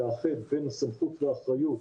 לאחד בין הסמכות והאחריות,